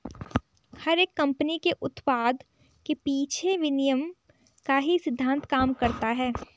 हर एक कम्पनी के उत्पाद के पीछे विनिमय का ही सिद्धान्त काम करता है